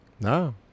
No